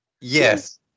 yes